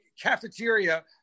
cafeteria